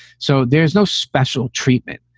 so there's no special treatment.